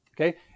okay